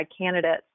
candidates